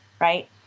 right